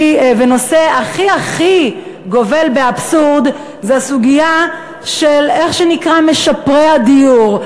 והנושא שהכי הכי גובל באבסורד זה הסוגיה של מה שנקרא משפרי הדיור.